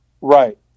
Right